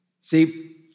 See